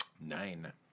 Nine